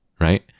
right